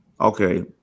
okay